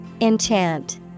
Enchant